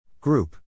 Group